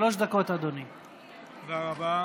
תודה רבה.